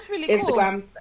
Instagram